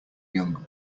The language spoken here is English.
young